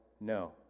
no